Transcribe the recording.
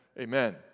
amen